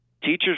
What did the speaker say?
teachers